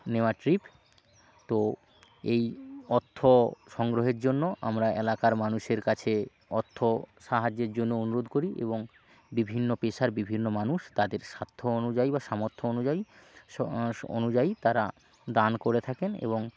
নেওয়া ট্রিপ তো এই অর্থ সংগ্রহের জন্য আমরা এলাকার মানুষের কাছে অর্থ সাহায্যের জন্য অনুরোধ করি এবং বিভিন্ন পেশার বিভিন্ন মানুষ তাদের স্বার্থ অনুযায়ী বা সামর্থ্য অনুযায়ী অনুযায়ী তারা দান করে থাকেন এবং